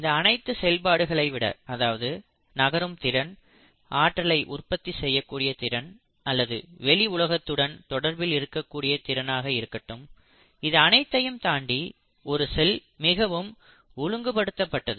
இந்த அனைத்து செயல்பாடுகளை விட அதாவது நகரும் திறன் ஆற்றலை உற்பத்தி செய்யக்கூடிய திறன் அல்லது வெளி உலகத்துடன் தொடர்பில் இருக்கக்கூடிய திறனாக இருக்கட்டும் இது அனைத்தையும் தாண்டி ஒரு செல் மிகவும் ஒழுங்குபடுத்தப்பட்டது